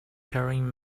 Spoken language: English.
carrying